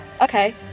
Okay